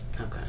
okay